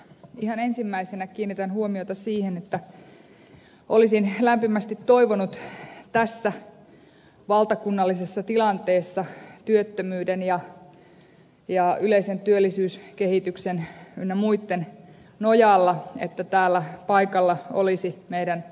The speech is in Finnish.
ihan ensimmäisenä kiinnitän huomiota siihen että olisin lämpimästi toivonut tässä valtakunnallisessa tilanteessa työttömyyden ja yleisen työllisyyskehityksen ynnä muitten nojalla että täällä paikalla olisi meidän vastuuministereitämme